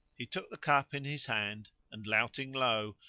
he took the cup in his hand and, louting low,